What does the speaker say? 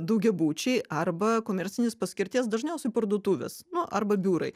daugiabučiai arba komercinės paskirties dažniausiai parduotuvės nu arba biurai